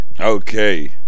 Okay